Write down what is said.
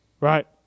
Right